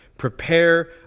Prepare